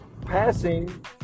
passing